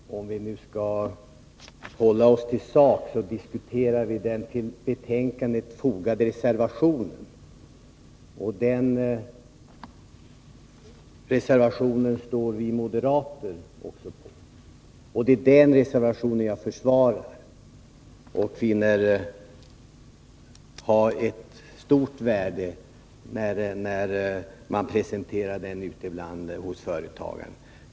Herr talman! Om vi nu skall hålla oss till saken, diskuterar vi den till Onsdagen den betänkandet fogade reservationen. Den står också vi moderater bakom. Det 8 december 1982 är den reservationen jag försvarar. Den har befunnits äga ett stort värde, när man presenterar den ute bland företagarna.